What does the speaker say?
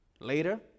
later